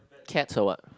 cat or what